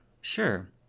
Sure